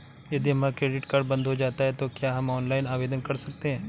यदि हमारा credit card बंद हो जाता है तो क्या हम ऑनलाइन आवेदन कर सकते हैं?